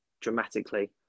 dramatically